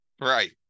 Right